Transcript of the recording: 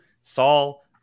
Saul